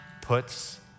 puts